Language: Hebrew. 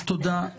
תודה.